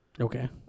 Okay